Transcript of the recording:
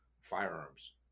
firearms